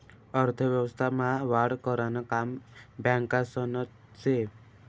अर्थव्यवस्था मा वाढ करानं काम बॅकासनं से